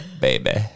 baby